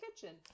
kitchen